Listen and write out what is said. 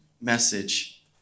message